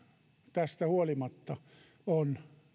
tästä huolimatta tilanne on